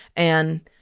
and,